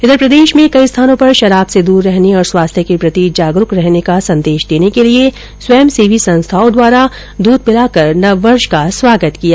इधर प्रदेश में कई स्थानों पर शराब से दूर रहने और स्वास्थ्य के प्रति जागरुक रहने का संदेश देने के लिए स्वयंसेवी संस्थाओं द्वारा दूध पिलाकर नववर्ष का स्वागत किया गया